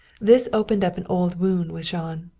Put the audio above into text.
this opened up an old wound with jean.